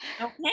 Okay